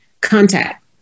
contact